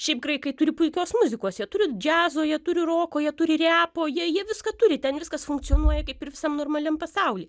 šiaip graikai turi puikios muzikos jie turi džiazo jie turi roko jie turi repo jie jie viską turi ten viskas funkcionuoja kaip ir visam normaliam pasauly